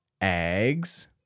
eggs